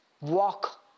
Walk